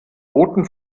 boten